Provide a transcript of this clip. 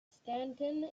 stanton